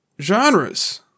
genres